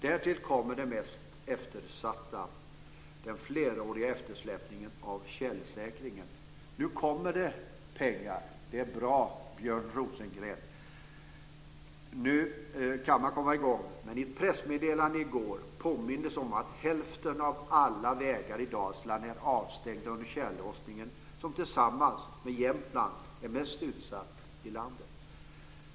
Därtill kommer det mest eftersatta, den fleråriga eftersläpningen av tjälsäkringen. Nu kommer det pengar. Det är bra, Björn Rosengren. Nu kan man komma i gång. Men i ett pressmeddelande i går påmindes det om att hälften av alla vägar i Dalsland är avstängda under tjällossningen. Dalsland är tillsammans med Jämtland de mest utsatta landskapen i landet.